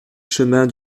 chemin